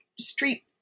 street